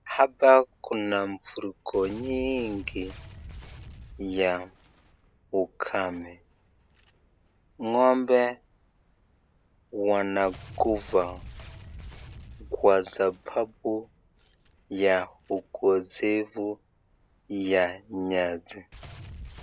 Hapa kuna mfuriko nyingi ya ukame. Ng'ombe wanakufa kwa sababu ya ukosefu ya nyasi.